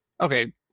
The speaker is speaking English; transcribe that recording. Okay